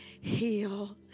heal